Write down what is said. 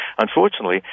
Unfortunately